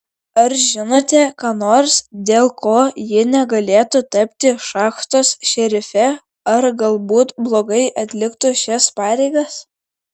ar žinote ką nors dėl ko ji negalėtų tapti šachtos šerife ar galbūt blogai atliktų šias pareigas